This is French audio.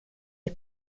les